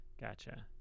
Gotcha